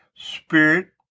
Spirit